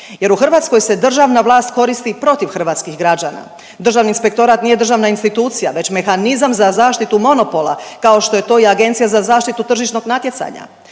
jer u Hrvatskoj se državna vlast koristi protiv hrvatskih građana. Državni inspektorat nije državna institucija već mehanizam za zaštitu monopola kao što je to i Agencija za zaštitu tržišnog natjecanja